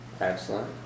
Excellent